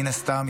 מן הסתם,